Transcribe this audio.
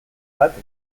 bat